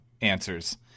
answers